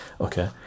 okay